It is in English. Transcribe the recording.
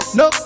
no